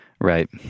Right